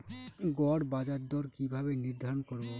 গড় বাজার দর কিভাবে নির্ধারণ করব?